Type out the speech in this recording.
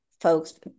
folks